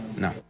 No